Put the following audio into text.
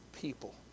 people